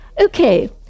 Okay